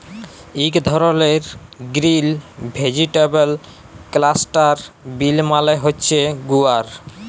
ইক ধরলের গ্রিল ভেজিটেবল ক্লাস্টার বিল মালে হছে গুয়ার